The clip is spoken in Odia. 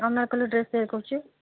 ଅନାରକଲି ଡ୍ରେସ୍ ତିଆରି କରୁଛି